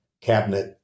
cabinet